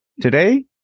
Today